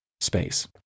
space